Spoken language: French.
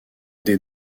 des